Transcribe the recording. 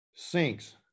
Sinks